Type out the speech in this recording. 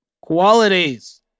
qualities